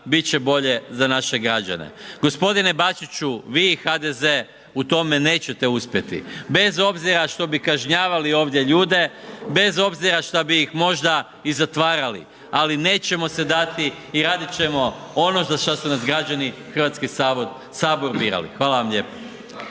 bit će bolje za naše građane. Gospodine Bačiću vi i HDZ u tome nećete uspjeti bez obzira što bi kažnjavali ovdje ljude, bez obzira šta bi ih možda i zatvarali. Ali nećemo se dati i raditi ćemo ono za šta su nas građani i Hrvatski sabor birali. Hvala vam lijepo.